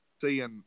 seeing